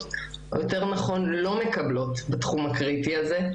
או יותר נכון לא מקבלות בתחום הקריטי הזה.